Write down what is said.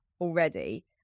already